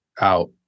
out